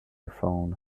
phone